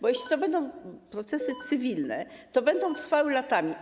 Bo jeśli to będą procesy cywilne, będą trwały latami.